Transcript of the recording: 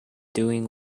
doing